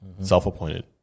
Self-appointed